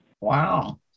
wow